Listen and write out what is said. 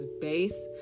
base